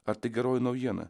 ar tai geroji naujiena